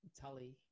Tully